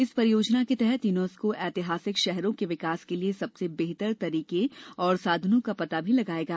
इस परियोजना के तहत यूनेस्को ऐतिहासिक शहरों के विकास के लिए सबसे बेहतर तरीके और साधनों का पता लगाएगा